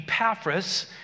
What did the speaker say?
Epaphras